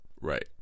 Right